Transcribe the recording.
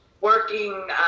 working